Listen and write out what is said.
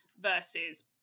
versus